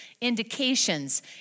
indications